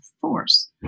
force